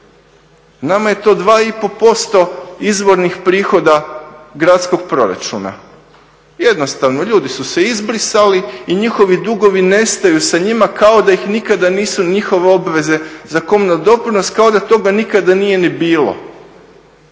Nama je to 2,5% izvornih prihoda gradskog proračuna. Jednostavno, ljudi su se izbrisali i njihovi dugovi nestaju sa njima kao da ih nikada nisu, njihove obveze za komunalni doprinos, kao da toga nikada nije ni bilo.